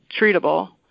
treatable